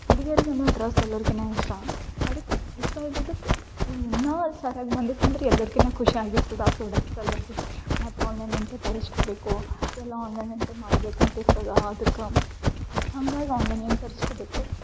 ಹುಡ್ಗಗೀರಿಗ್ ಏನು ಡ್ರಸ್ ಎಲ್ಲರ್ಕಿನ್ನ ಇಷ್ಟ ಅದಕ್ಕೆ ಇಷ್ಟ ಇದ್ದಿದಕ್ಕೆ ಇನ್ನು ಸರ್ಯಾಗಿ ಬಂದಿತ್ತು ಅಂದ್ರೆ ಎಲ್ಲರ್ಕಿನ್ನ ಖುಷಿಯಾಗ್ ಇರ್ತಿದ್ದು ಆ ಪ್ರೊಡಕ್ಟ್ಸ್ ಸಲುವಾಗಿ ಮತ್ತು ಆನ್ಲೈನ್ಯಿಂದ ತರಿಸ್ಕೊಬೇಕು ಎಲ್ಲ ಆನ್ಲೈನ್ಯಿಂದ ಮಾಡ್ಬೇಕು ಅಂತಿರ್ತದೆ ಅದಕ್ಕೆ ಹಂಗಾಗಿ ಆನ್ಲೈನ್ಯಿಂದ ತರಿಸ್ಕೋಬೇಕು